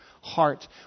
heart